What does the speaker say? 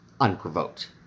Unprovoked